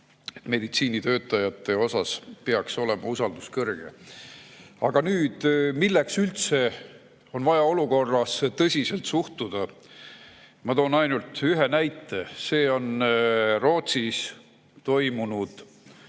Meditsiinitöötajate vastu peaks usaldus olema kõrge. Aga nüüd, milleks üldse on vaja olukorda tõsiselt suhtuda? Ma toon ainult ühe näite. See on Rootsis toimunud